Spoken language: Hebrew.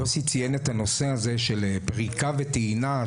יוסי ציין את הנושא הזה של פריקה וטעינה,